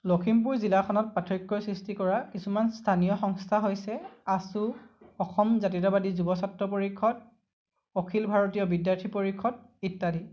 লখিমপুৰ জিলাখনত পাৰ্থক্যৰ সৃষ্টি কৰা কিছুমান স্থানীয় সংস্থা হৈছে আছু অসম জাতীয়তাবাদী যুৱ ছাত্ৰ পৰিষদ অখিল ভাৰতীয় বিদ্যাৰ্থী পৰিষদ ইত্যাদি